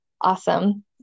Awesome